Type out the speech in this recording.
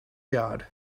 yard